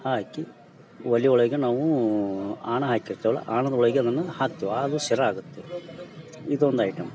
ಹಾಕಿ ಒಲೆ ಒಳಗೆ ನಾವೂ ಆಣ ಹಾಕಿರ್ತೇವೆ ಅಲ ಆಣದ ಒಳಗೆ ಅದನ್ನ ಹಾಕ್ತೇವಿ ಅದು ಶಿರಾ ಆಗತ್ತೆ ಇದೊಂದು ಐಟಮ್